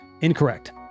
Incorrect